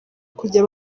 kujya